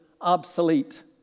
obsolete